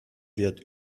wird